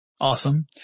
awesome